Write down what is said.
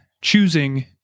choosing